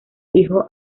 hijos